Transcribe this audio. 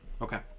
Okay